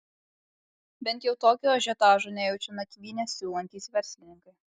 bent jau tokio ažiotažo nejaučia nakvynę siūlantys verslininkai